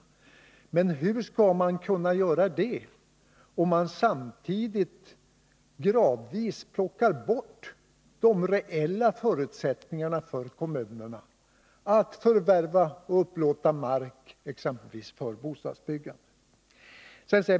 Men hur skall man kunna göra det, om m.m. män samtidigt gradvis plockar bort de reella förutsättningarna för kommunerna att förvärva och upplåta mark exempelvis för bostadsbyggande?